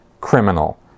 criminal